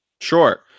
Sure